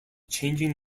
changing